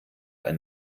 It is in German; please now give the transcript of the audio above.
ein